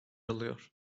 alıyor